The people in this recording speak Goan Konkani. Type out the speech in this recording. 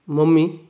मम्मी